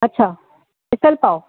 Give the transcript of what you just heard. अछा मिसल पाव